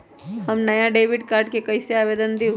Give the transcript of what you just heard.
हम नया debit card ला कईसे आवेदन दिउ?